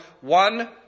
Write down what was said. one